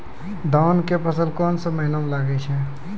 धान के फसल कोन महिना म लागे छै?